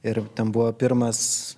ir ten buvo pirmas